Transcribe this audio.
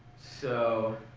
so,